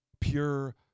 Pure